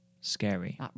scary